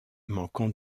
manquant